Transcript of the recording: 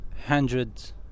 hundreds